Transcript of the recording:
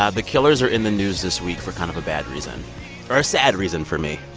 ah the killers are in the news this week for kind of a bad reason or a sad reason for me.